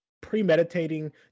premeditating